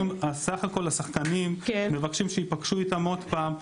בסך הכל השחקנים מבקשים שייפגשו איתם עוד פעם,